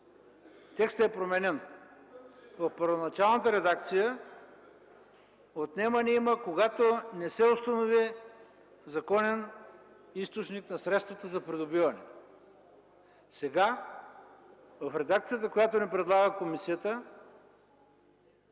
текстът е променен. В първоначалната редакция отнемане има, когато не се установи законен източник на средствата за придобиване. Сега, в редакцията, която ни предлага комисията,